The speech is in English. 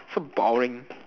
so boring